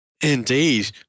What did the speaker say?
Indeed